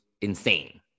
insane